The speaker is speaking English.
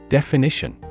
Definition